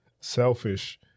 selfish